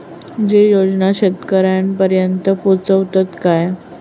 ते योजना शेतकऱ्यानपर्यंत पोचतत काय?